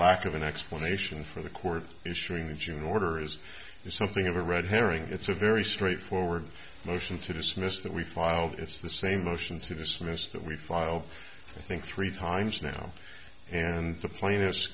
lack of an explanation for the court issuing the june order is something of a red herring it's a very straight forward motion to dismiss that we filed it's the same motion to dismiss that we filed i think three times now and the pla